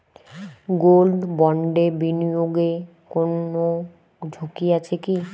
Gold বন্ডে বিনিয়োগে কোন ঝুঁকি আছে কি?